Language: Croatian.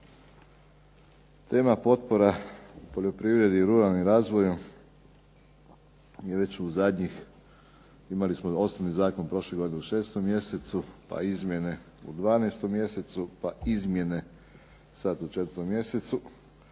Tema potpora poljoprivredi i ruralnom razvoju je već u zadnjih imali smo osnovni Zakon prošle godine u 6. mjesecu, pa izmjene u 12. mjesecu, pa izmjene sada u 4. mjesecu,